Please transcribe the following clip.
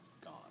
gone